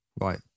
Right